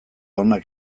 onak